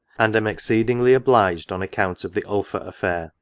and am exceedingly obliged on account of the ulpha affair